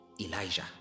Elijah